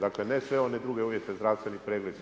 Dakle, ne sve one druge uvjete, zdravstveni pregled.